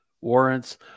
warrants